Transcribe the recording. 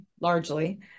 largely